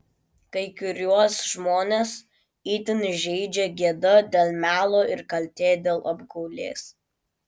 kai kuriuos žmones itin žeidžia gėda dėl melo ir kaltė dėl apgaulės